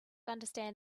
understand